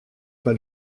pas